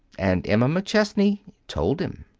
and emma mcchesney told him.